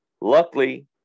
Luckily